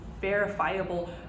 verifiable